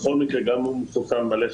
בכל מקרה גם אם הוא מחוסן מלא,